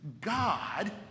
God